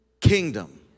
Kingdom